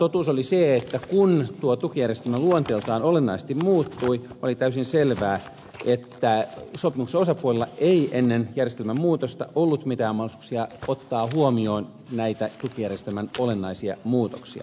totuus oli se että kun tuo tukijärjestelmä luonteeltaan olennaisesti muuttui oli täysin selvää että sopimuksen osapuolilla ei ennen järjestelmän muutosta ollut mitään mahdollisuuksia ottaa huomioon näitä tukijärjestelmän olennaisia muutoksia